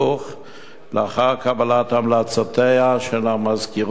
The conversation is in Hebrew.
לאחר קבלת המלצותיה של המזכירות הפדגוגית.